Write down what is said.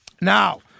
Now